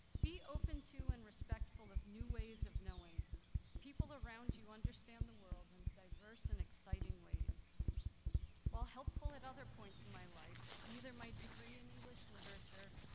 be open to and respectful of new ways of knowing people around you understand the world in and diverse and exciting ways while helpful at other points in my life, neither my degree in english literature,